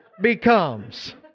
becomes